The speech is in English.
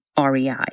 REI